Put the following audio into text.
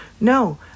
No